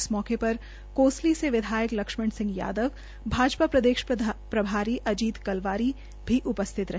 इस मौके पर कोसली के विधायक लक्ष्मण सिह यादवन भाजपा प्रदेश प्रभारी आजी कलवारी भी उपस्थित रहे